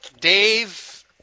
Dave